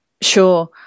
Sure